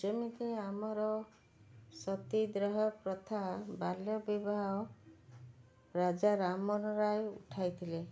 ଯେମିତି ଆମର ସତୀଦାହ ପ୍ରଥା ବାଲ୍ୟ ବିବାହ ରାଜାରାମ ମୋହନ ରାୟ ଉଠାଇଥିଲେ